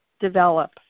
develop